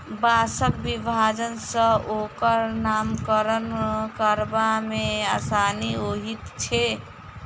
बाँसक विभाजन सॅ ओकर नामकरण करबा मे आसानी होइत छै